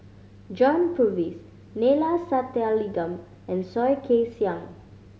John Purvis Neila Sathyalingam and Soh Kay Siang